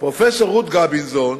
פרופסור רות גביזון,